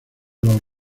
los